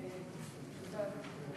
שבע דקות, גברתי,